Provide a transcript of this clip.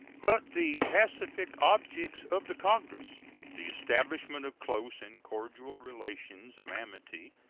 but the pacific objects of the congress the establishment of close and cordial relations of amity,